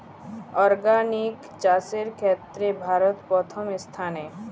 organic চাষের ক্ষেত্রে ভারত প্রথম স্থানে